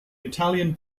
italian